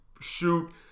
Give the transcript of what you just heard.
shoot